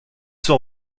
sont